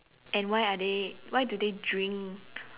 and why are they why do they drink